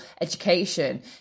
education